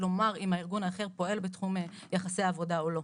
לומר אם הארגון האחר פועל בתחום יחסי עבודה או לא.